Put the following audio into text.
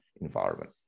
environment